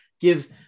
give